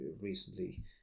recently